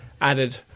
added